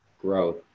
growth